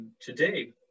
today